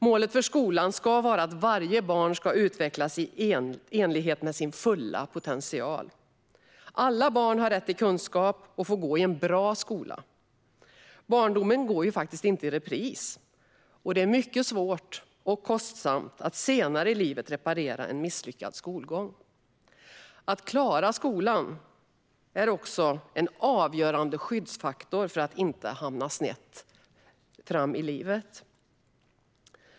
Målet för skolan ska vara att varje barn ska utvecklas i enlighet med sin fulla potential. Alla barn har rätt till kunskap och till att få gå i en bra skola. Barndomen går ju inte i repris, och det är mycket svårt och kostsamt att senare i livet reparera en misslyckad skolgång. Att klara skolan är också en avgörande skyddsfaktor för att inte hamna snett framöver i livet.